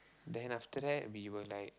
then after that we were like